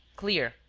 clear,